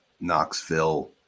Knoxville